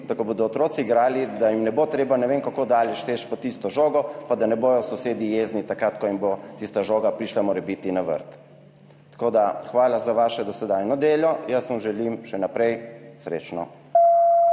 ko bodo otroci igrali, da jim ne bo treba ne vem kako daleč teči po tisto žogo pa, da ne bodo sosedje jezni takrat, ko jim bo tista žoga prišla morebiti na vrt. Tako da, hvala za vaše dosedanje delo. Jaz vam želim še naprej srečno.